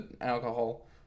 alcohol